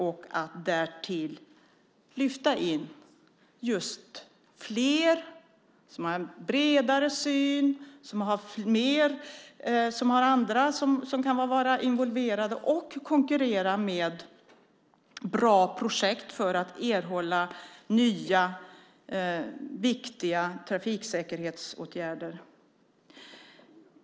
Då kan man just lyfta in fler som har en bredare syn, och andra kan vara involverade och konkurrera med bra projekt för att man ska erhålla nya viktiga trafiksäkerhetsåtgärder.